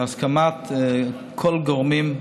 בהסכמת כל הגורמים,